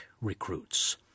recruits